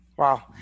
Wow